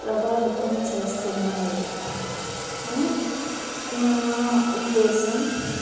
ప్రభావితం అవుతున్నారు అని నా ఉద్దేశం